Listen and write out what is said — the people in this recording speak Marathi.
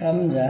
समजा